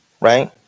Right